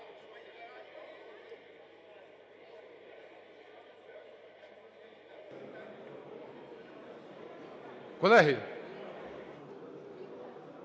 Колеги,